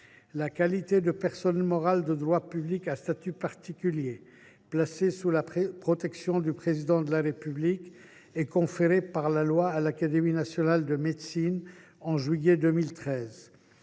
La qualité de personne morale de droit public à statut particulier placée sous la protection du Président de la République a été conférée par la loi à l’Académie nationale de médecine au mois de juillet 2013.